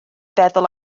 feddwl